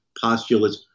postulates